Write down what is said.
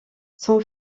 son